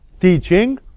teaching